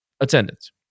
Attendance